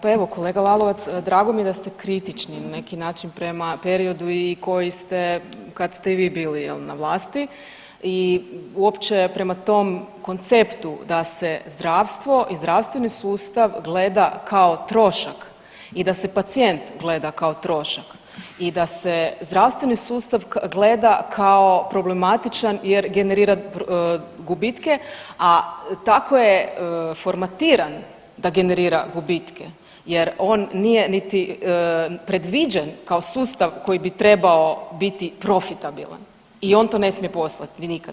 Pa evo kolega Lalovac, drago mi je da ste kritični na neki način prema periodu i koji ste kad ste i vi bili jel na vlasti i uopće prema tom konceptu da se zdravstvo i zdravstveni sustav gleda kao trošak i da se pacijent gleda kao trošak i da se zdravstveni sustav gleda kao problematičan jer generira gubitke, a tako je formatiran da generira gubitke jer on nije niti predviđen kao sustav koji bi trebao biti profitabilan i on to ne smije postat nikad.